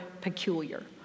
peculiar